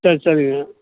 சரி சரிங்க